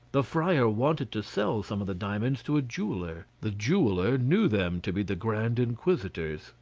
the friar wanted to sell some of the diamonds to a jeweller the jeweller knew them to be the grand inquisitor's.